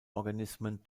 organismen